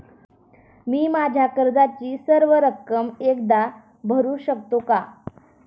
मी माझ्या कर्जाची सर्व रक्कम एकदा भरू शकतो का?